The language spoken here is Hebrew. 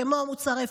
כמו מוצרי פארם,